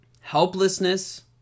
helplessness